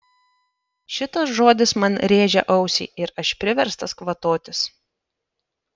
šitas žodis man rėžia ausį ir aš priverstas kvatotis